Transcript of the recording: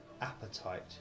appetite